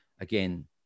again